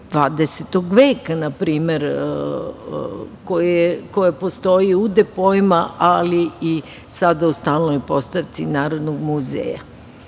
20. veka npr. koje postoji u depoima, ali sada i u stalnoj postavci Narodnog muzeja. Da